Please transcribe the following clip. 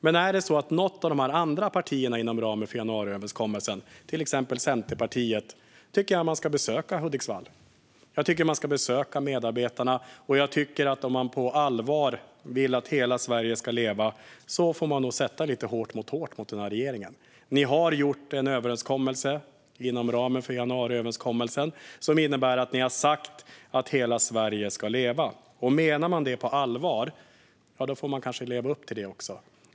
Men till de andra partierna inom ramen för januariöverenskommelsen, inte minst Centerpartiet, vill jag säga att jag tycker att man ska besöka Hudiksvall. Jag tycker att man ska besöka medarbetarna. Om man på allvar vill att hela Sverige ska leva får man nog sätta lite hårt mot hårt mot den här regeringen. Ni har inom ramen för januariöverenskommelsen gjort en överenskommelse som innebär att hela Sverige ska leva. Menar man det på allvar får man väl leva upp till det också.